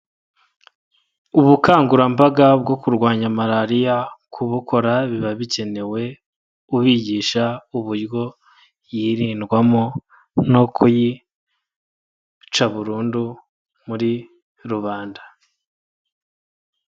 Ubukangurambaga bwo kurwanya malariya, kubukora biba bikenewe, ubigisha uburyo yirindwamo, n'ukuyica burundu muri rubanda.